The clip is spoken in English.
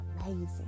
amazing